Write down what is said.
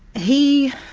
he